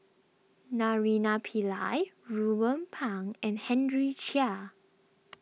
Naraina Pillai Ruben Pang and Henry Chia